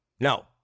No